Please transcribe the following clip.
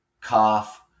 cough